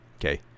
Okay